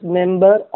member